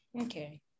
Okay